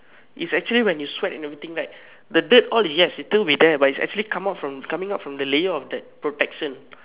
is actually when you sweat and everything right the dirt all yes it still with there but is actually come out from coming out from the layer of that protection